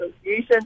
association